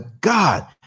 God